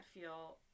feel